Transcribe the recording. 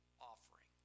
offering